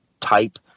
type